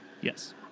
yes